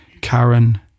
Karen